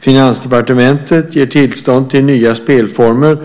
Finansdepartementet ger tillstånd till nya spelformer,